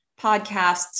podcasts